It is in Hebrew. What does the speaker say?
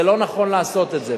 זה לא נכון לעשות את זה.